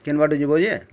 କେନ୍ ବାଟେ ଯିବ ଯେ